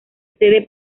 sede